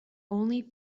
only